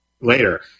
later